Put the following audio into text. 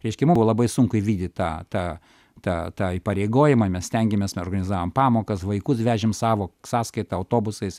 reiškia mum buvo labai sunku įvykdyt tą tą tą tą įpareigojimą mes stengėmės organizavom pamokas vaikus vežėm savo sąskaita autobusais